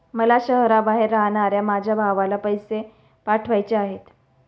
मला शहराबाहेर राहणाऱ्या माझ्या भावाला पैसे पाठवायचे आहेत